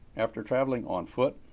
after traveling on foot,